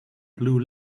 blue